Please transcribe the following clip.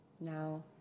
Now